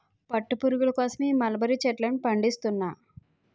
పట్టు పురుగుల కోసమే ఈ మలబరీ చెట్లను పండిస్తున్నా